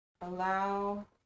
Allow